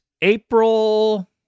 April